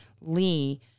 Lee